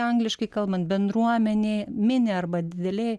angliškai kalbant bendruomenėj mini arba didelėj